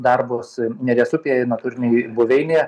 darbus neries upėje natūrinėj buveinėje